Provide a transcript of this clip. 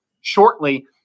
shortly